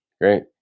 great